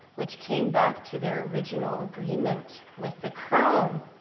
which came back to their original agreement with the crown.